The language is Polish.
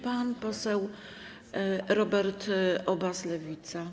Pan poseł Robert Obaz, Lewica.